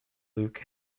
luke